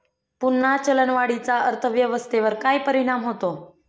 पुन्हा चलनवाढीचा अर्थव्यवस्थेवर काय परिणाम होतो